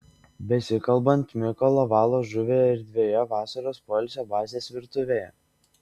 besikalbant mikola valo žuvį erdvioje vasaros poilsio bazės virtuvėje